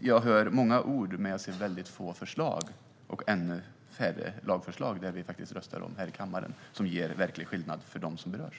Jag hör många ord, men jag ser väldigt få förslag - och ännu färre lagförslag som vi faktiskt röstar om i kommaren - som gör verklig skillnad för dem som berörs.